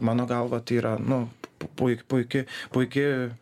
mano galva tai yra nu pui puiki puiki